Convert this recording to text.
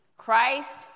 Christ